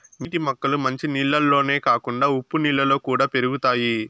నీటి మొక్కలు మంచి నీళ్ళల్లోనే కాకుండా ఉప్పు నీళ్ళలో కూడా పెరుగుతాయి